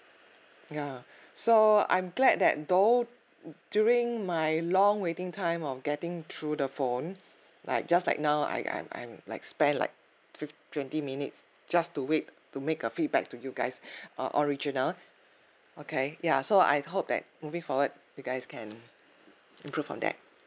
ya so I'm glad that though during my long waiting time of getting through the phone like just like now I I'm I'm like spent like fifth twenty minutes just to wait to make a feedback to you guys uh orh regina okay ya so I hope that moving forward you guys can improve on that